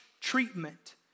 treatment